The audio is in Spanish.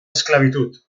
esclavitud